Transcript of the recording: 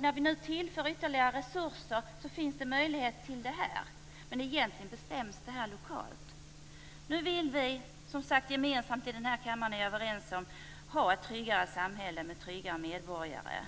När vi nu tillför ytterligare resurser finns möjlighet till det. Men egentligen bestäms detta lokalt. Nu vill vi gemensamt - det är kammaren som sagt överens om - ha ett tryggare samhälle med tryggare medborgare.